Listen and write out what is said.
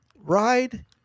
ride